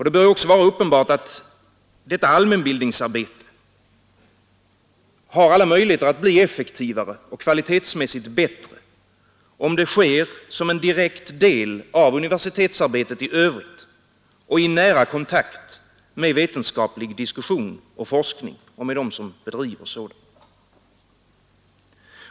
Det bör också vara uppenbart att detta bildningsarbete har alla möjligheter att bli effektivare och kvalitetsmässigt bättre om det sker som en direkt del av universitetsarbetet i övrigt och i nära kontakt med vetenskaplig diskussion och forskning och med dem som bedriver sådan.